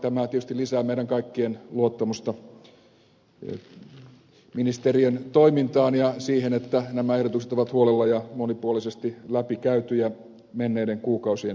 tämä tietysti lisää meidän kaikkien luottamusta ministerien toimintaan ja siihen että nämä ehdotukset on huolella ja monipuolisesti läpikäyty menneiden kuukausien aikana